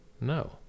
no